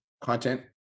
content